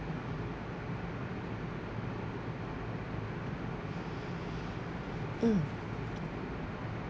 mm